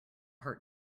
heart